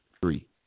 three